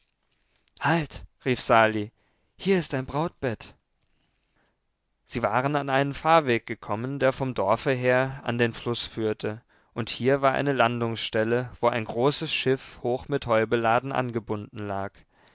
halt rief sali hier ist dein brautbett sie waren an einen fahrweg gekommen der vom dorfe her an den fluß führte und hier war eine landungsstelle wo ein großes schiff hoch mit heu beladen angebunden lag